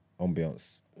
Ambiance